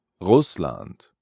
Russland